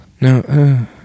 No